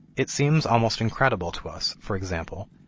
it seems almost incredible to us, for example,